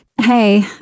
Hey